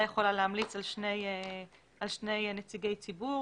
יכולה להמליץ על שני נציגי ציבור,